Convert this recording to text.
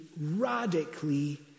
radically